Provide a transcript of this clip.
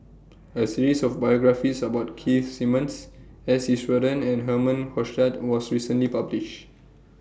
A series of biographies about Keith Simmons S Iswaran and Herman Hochstadt was recently published